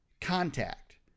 contact